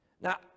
Now